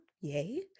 yay